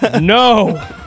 No